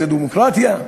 זו דמוקרטיה?